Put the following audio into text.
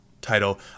title